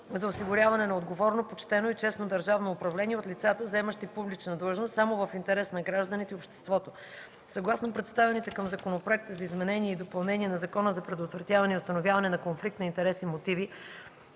за осигуряване на отговорно, почтено и честно държавно управление от лицата, заемащи публична длъжност, само в интерес на гражданите и обществото. Съгласно представените към Законопроекта за изменение и допълнение на Закона за предотвратяване и установяване на конфликт на интереси мотиви